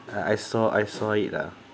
uh I saw I saw it lah